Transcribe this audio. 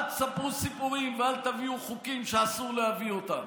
אל תספרו סיפורים ואל תביאו חוקים שאסור להביא אותם.